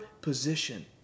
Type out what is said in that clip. position